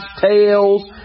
tails